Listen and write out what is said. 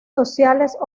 sociales